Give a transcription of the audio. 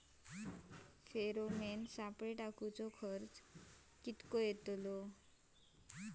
Pheromone सापळे टाकूचो खर्च किती हा?